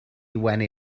wenu